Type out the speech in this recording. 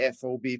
FOB